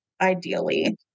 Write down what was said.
Ideally